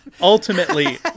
Ultimately